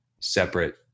separate